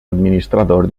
administrador